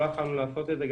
לא יכולנו לעשות את זה,